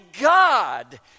God